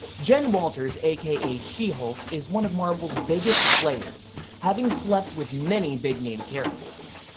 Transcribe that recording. jen walters a k a. she-hulk is one of marvel's biggest players, having slept with many big name characters.